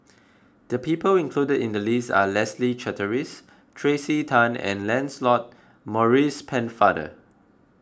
the people include in the list are Leslie Charteris Tracey Tan and Lancelot Maurice Pennefather